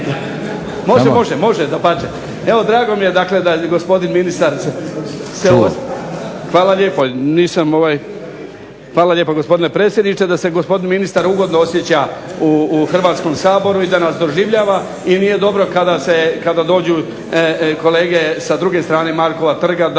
Može, može dapače. Evo drago mi je, dakle da gospodin ministar se, hvala lijepo. Nisam ovaj, hvala lijepo gospodine predsjedniče, da se gospodin ministar ugodno osjeća u Hrvatskom saboru i da nas doživljava i nije dobro kada se, kada dođu kolege sa druge strane Markova trga da